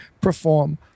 perform